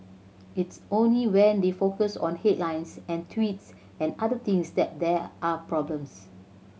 it's only when they focus on headlines and tweets and other things that there are problems